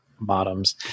bottoms